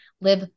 live